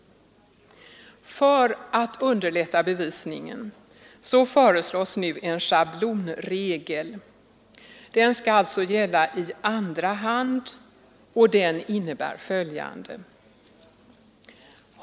För att underlätta bevisningen föreslås nu en schablonregel. Den skall alltså gälla i andra hand och den innebär följande.